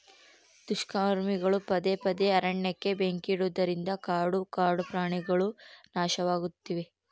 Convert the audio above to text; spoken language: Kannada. ದುಷ್ಕರ್ಮಿಗಳು ಪದೇ ಪದೇ ಅರಣ್ಯಕ್ಕೆ ಬೆಂಕಿ ಇಡುವುದರಿಂದ ಕಾಡು ಕಾಡುಪ್ರಾಣಿಗುಳು ನಾಶವಾಗ್ತಿವೆ